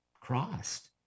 crossed